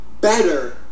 better